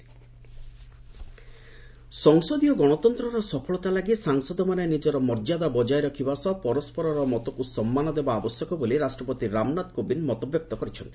president parliament ସଂସଦୀୟ ଗଣତନ୍ତ୍ରର ସଫଳତା ଲାଗି ସାଂସଦମାନେ ନିଜର ମର୍ଯ୍ୟାଦା ବଜାୟ ରଖିବା ସହ ପରସ୍କରର ମତକୁ ସମ୍ମାନ ଦେବା ଆବଶ୍ୟକ ବୋଲି ରାଷ୍ଟ୍ରପତି ରାମନାଥ କୋବିନ୍ଦ ମତବ୍ୟକ୍ତ କରିଛନ୍ତି